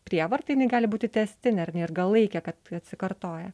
prievarta jinai gali būti tęstinė ar ne irgalaikė kad atsikartoja